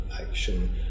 action